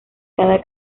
cada